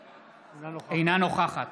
אינה נוכחת